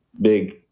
big